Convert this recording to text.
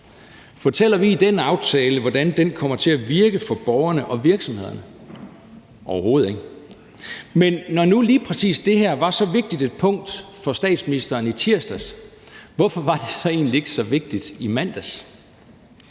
Fortæller vi i den aftale, hvordan den kommer til at virke for borgerne og virksomhederne? Overhovedet ikke. Men når nu lige præcis det her var så vigtigt et punkt for statsministeren i tirsdags, hvorfor var det så egentlig ikke så vigtigt i mandags?